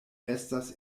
estas